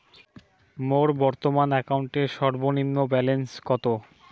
মোর বর্তমান অ্যাকাউন্টের সর্বনিম্ন ব্যালেন্স কত?